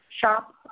shop